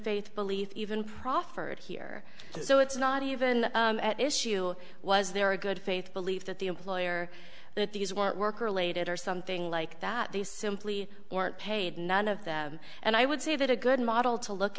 faith belief even proffered here so it's not even at issue was there a good faith belief that the employer that these weren't work related or something like that they simply weren't paid none of them and i would say that a good model to look